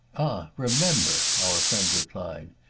remember, our friend replied,